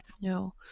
no